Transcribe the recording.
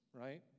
Right